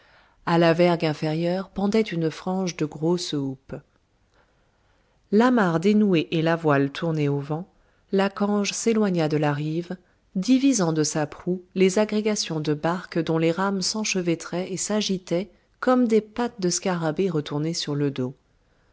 à la vergue inférieure pendait une frange de grosses houppes l'amarre dénouée et la voile tournée au vent la cange s'éloigna de la rive divisant de sa proue les agrégations de barques dont les rames s'enchevêtraient et s'agitaient comme des pattes de scarabées retournés sur le dos